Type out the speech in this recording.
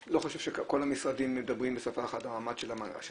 לא חושב שכל המשרדים מדברים בשפה אחת על המעמד של המנמ"רים,